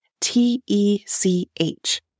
T-E-C-H